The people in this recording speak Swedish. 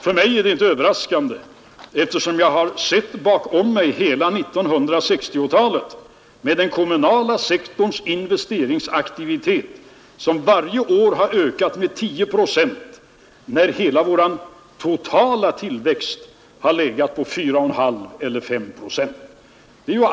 För mig är detta inte överraskande, eftersom jag har sett att den kommunala sektorns investeringsaktivitet varje år under hela 1960-talet har ökat med 10 procent, medan den totala tillväxten har varit 4,5 eller 5 procent.